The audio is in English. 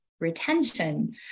retention